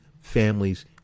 families